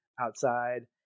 outside